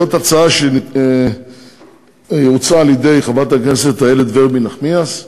זאת הצעה שהוצעה על-ידי חברת הכנסת איילת נחמיאס ורבין,